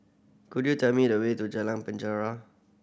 could you tell me the way to Jalan Penjara